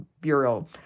Bureau